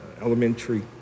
elementary